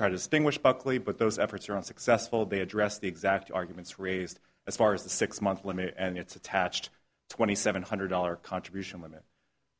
try to distinguish buckley but those efforts are unsuccessful they address the exact arguments raised as far as the six month let me and it's attached twenty seven hundred dollar contribution limit